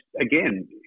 again